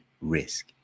risk